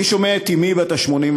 אני שומע את אמי בת ה-84,